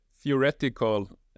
theoretical